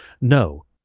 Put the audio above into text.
No